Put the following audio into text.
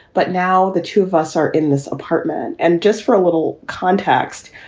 but now the two of us are in this apartment. and just for a little context,